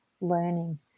learning